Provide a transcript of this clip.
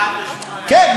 כן,